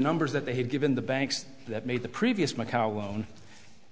numbers that they had given the banks that made the previous macao loan